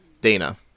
dana